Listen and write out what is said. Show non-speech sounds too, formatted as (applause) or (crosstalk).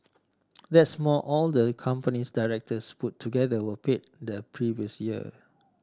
(noise) that's more all the company's directors put together were paid the previous year